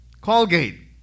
Colgate